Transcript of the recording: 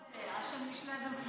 (אומרת בערבית: כי לא חייבים ערבית ספרותית.)